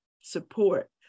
support